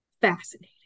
fascinating